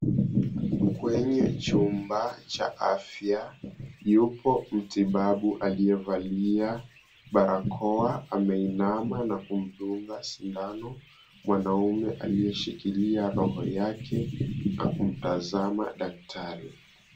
Kwenye chumba cha afya yupo mtibabu aliyevalia barakoa ameinama na kumdunga sindano mwanaume aliyeshikilia roho yake na kumtazama daktari.